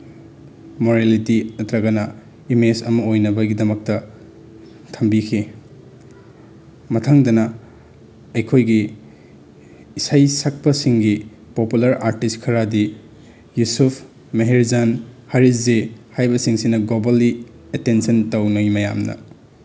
morality ꯅꯠꯇ꯭ꯔꯒꯅ image ꯑꯃ ꯑꯣꯏꯅꯕꯒꯤꯗꯃꯛꯇ ꯊꯝꯕꯤꯈꯤ ꯃꯊꯪꯗꯅ ꯑꯩꯈꯣꯏꯒꯤ ꯏꯁꯩ ꯁꯛꯄꯁꯤꯡꯒꯤ ꯄꯣꯄꯨꯂꯔ ꯑꯥꯔꯇꯤꯁ ꯈꯔꯗꯤ ꯌꯨꯁꯨꯞ ꯃꯍꯦꯔꯖꯥꯟ ꯍꯔꯤꯖꯤꯠ ꯍꯥꯏꯕꯁꯤꯡꯁꯤꯅ ꯒ꯭ꯂꯣꯕꯜꯂꯤ ꯑꯦꯇꯦꯟꯁꯟ ꯇꯧꯅꯩ ꯃꯌꯥꯝꯅ